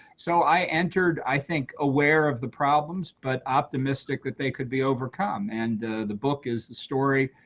so i enter, i think aware of the problems, but optimistic that they could be overcome. and the the book is the story,